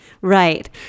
Right